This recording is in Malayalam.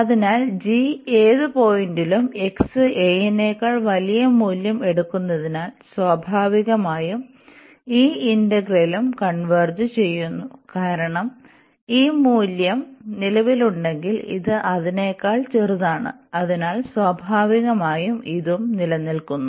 അതിനാൽ g ഏത് പോയിന്റ്ലും x a നേക്കാൾ വലിയ മൂല്യം എടുക്കുന്നതിനാൽ സ്വാഭാവികമായും ഈ ഇന്റഗ്രലും കൺവെർജ് ചെയ്യുന്നു കാരണം ഈ മൂല്യം നിലവിലുണ്ടെങ്കിൽ ഇത് അതിനേക്കാൾ ചെറുതാണ് അതിനാൽ സ്വാഭാവികമായും ഇതും നിലനിൽക്കുന്നു